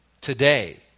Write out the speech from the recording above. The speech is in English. today